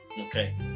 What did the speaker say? okay